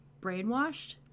brainwashed